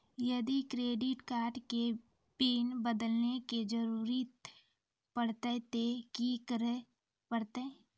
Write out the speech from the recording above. यदि credit card के PIN बदले के जरूरी परतै ते की करे परतै?